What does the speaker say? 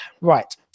right